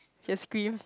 she will scream